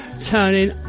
turning